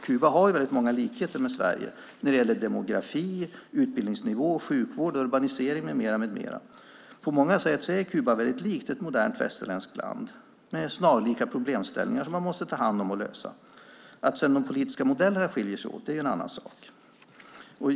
Kuba har många likheter med Sverige när det gäller demografi, utbildningsnivå, sjukvård och urbanisering med mera. På många sätt är Kuba likt ett modernt västerländskt land med snarlika problemställningar som man måste ta hand om och lösa. Att de politiska modellerna skiljer sig åt är en annan sak.